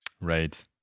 right